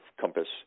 Compass